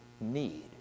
need